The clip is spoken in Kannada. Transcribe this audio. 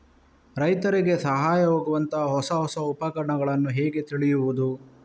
ರೈತರಿಗೆ ಸಹಾಯವಾಗುವಂತಹ ಹೊಸ ಹೊಸ ಉಪಕರಣಗಳನ್ನು ಹೇಗೆ ತಿಳಿಯುವುದು?